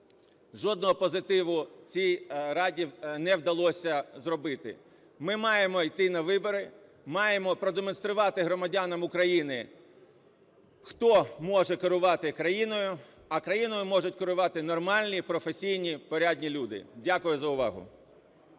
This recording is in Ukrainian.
жодного позитиву цій Раді не вдалося зробити. Ми маємо йти на вибори, маємо продемонструвати громадянам України, хто може керувати країною. А країною можуть керувати нормальні і професійні порядні люди. Дякую за увагу.